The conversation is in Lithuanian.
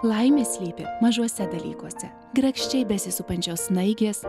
laimė slypi mažuose dalykuose grakščiai besisupančios snaiges